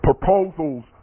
proposals